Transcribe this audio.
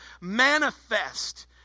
manifest